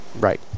Right